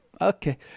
Okay